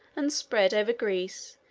and spread over greece,